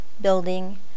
building